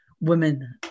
women